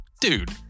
dude